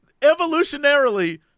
evolutionarily